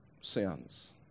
sins